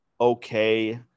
okay